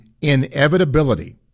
inevitability